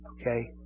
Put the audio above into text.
Okay